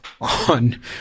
on